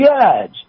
judge